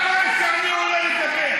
אתם עושים חקיקה בשעה כזאת?